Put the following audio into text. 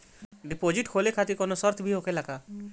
Deposit खोले खातिर कौनो शर्त भी होखेला का?